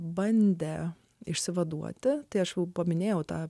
bandė išsivaduoti tai aš jau paminėjau tą